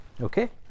Okay